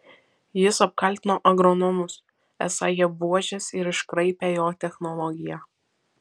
jis apkaltino agronomus esą jie buožės ir iškraipę jo technologiją